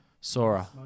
Sora